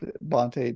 Bonte